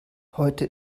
heute